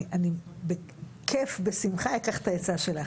אני בכיף, בשמחה אקח את העצה שלך.